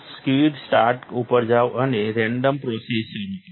quick start ઉપર જાઓ અને રેન્ડમ પ્રોસેસ શરૂ કરો